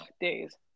days